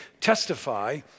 testify